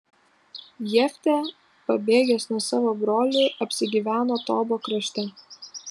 jeftė pabėgęs nuo savo brolių apsigyveno tobo krašte